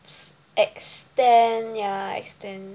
it's extend then ya extend